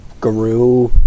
guru